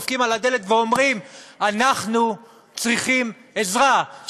דופקים על הדלת ואומרים: אנחנו צריכים עזרה,